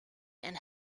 and